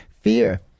fear